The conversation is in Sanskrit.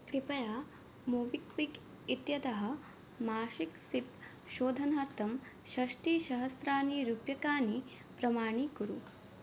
कृपया मोबिक्विक् इत्यतः मासिकं सिप् शोधनार्थं षष्टिसहस्राणि रूप्यकाणि प्रमाणीकुरु